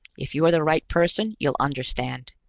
if you're the right person, you'll understand.